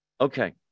Okay